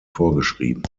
vorgeschrieben